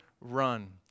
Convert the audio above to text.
run